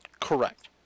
Correct